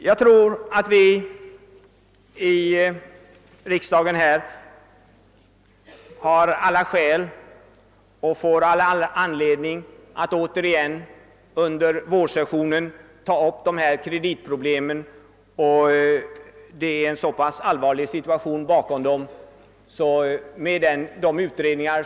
Jag tror att vi här i riksdagen har alla skäl och får all anledning att under vårsessionen åter ta upp kreditproblemen. Situationen bakom dem är allvarlig.